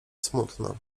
smutno